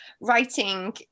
writing